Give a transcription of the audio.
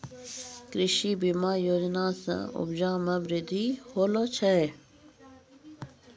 कृषि बीमा योजना से उपजा मे बृद्धि होलो छै